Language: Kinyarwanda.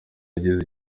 yagize